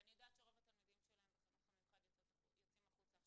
ואני יודעת שרוב התלמידים שלהם בחינוך המיוחד יוצאים החוצה.